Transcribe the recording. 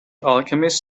alchemist